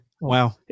Wow